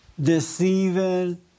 deceiving